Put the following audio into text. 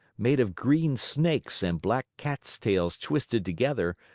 made of green snakes and black cats' tails twisted together,